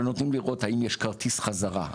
אבל נותנים לראות האם יש כרטיס חזרה,